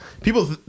people